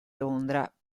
londra